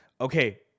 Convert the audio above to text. Okay